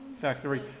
factory